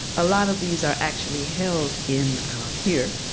a lot of these are actually held in here,